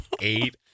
Eight